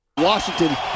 Washington